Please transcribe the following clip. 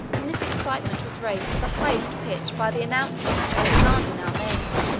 and this excitement was raised to the highest pitch by the announcement which alexander now made,